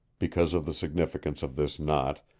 because of the significance of this knot,